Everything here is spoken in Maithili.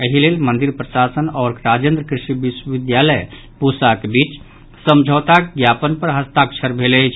एहि लेल मंदिर प्रशासन आओर राजेन्द्र कृषि विश्वविद्यालय पूसाक बीच समझौताक ज्ञापन पर हस्ताक्षर भेल अछि